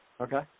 Okay